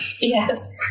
Yes